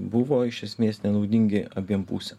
buvo iš esmės nenaudingi abiem pusėm